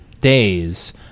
days